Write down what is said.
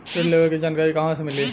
ऋण लेवे के जानकारी कहवा से मिली?